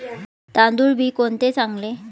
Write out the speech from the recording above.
तांदूळ बी कोणते चांगले?